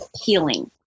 healing